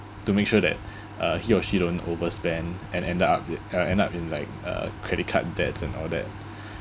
to make sure that uh he or she don't overspend and ended up with uh end up in like uh credit card debts and all that